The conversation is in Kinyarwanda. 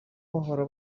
bahora